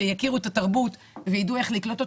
שיכירו את התרבות וידעו איך לקלוט אותם,